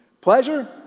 Pleasure